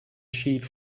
sheet